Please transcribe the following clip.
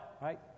right